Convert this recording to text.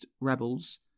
rebels